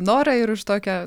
norą ir už tokią